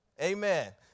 Amen